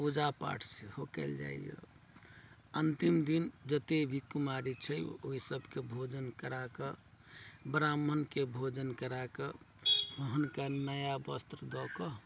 पूजा पाठ सेहो कयल जाइया अंतिम दिन जते भी कुमारी छै ओहि सबके भोजन कराके ब्राह्मण के भोजन कराके हुनका नया वस्त्र दऽ के